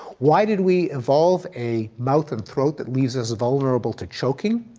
why did we evolve a mouth and throat that leaves us vulnerable to choking?